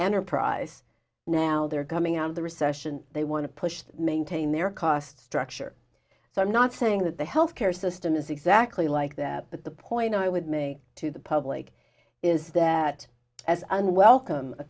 enterprise now they're coming out of the recession they want to push to maintain their cost structure so i'm not saying that the health care system is exactly like that but the point i would make to the public is that as unwelcome a